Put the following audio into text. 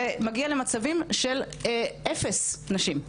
זה מגיע למצבים של אפס נשים.